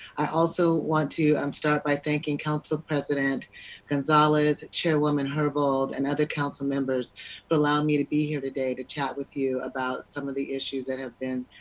i also want to um start by thanking council president gonzales, chairwoman herbold, and other councilmembers for but allowing me to be here today to chat with you about some of the issues that have been,